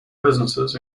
businesses